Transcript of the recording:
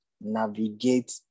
navigate